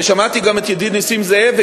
ושמעתי גם את ידידי נסים זאב,